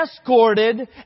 escorted